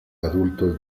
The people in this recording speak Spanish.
adultos